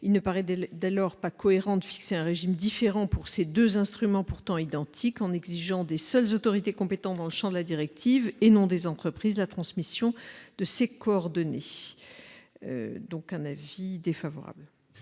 Il ne paraît dès lors pas cohérent de fixer un régime différent pour ces deux instruments pourtant identiques, en exigeant des seules autorités compétentes dans le champ de la directive, et non des entreprises, la transmission de ces coordonnées. Par conséquent, le